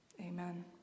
Amen